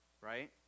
right